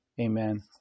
Amen